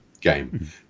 game